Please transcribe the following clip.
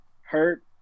hurt